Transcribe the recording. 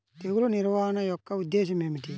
తెగులు నిర్వహణ యొక్క ఉద్దేశం ఏమిటి?